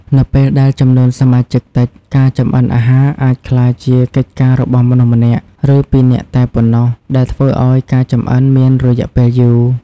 នៅពេលដែលចំនួនសមាជិកតិច ការចម្អិនអាហារអាចក្លាយជាកិច្ចការរបស់មនុស្សម្នាក់ ឬពីរនាក់តែប៉ុណ្ណោះដែលធ្វើអោយការចម្អិនមានរយះពេលយូរ។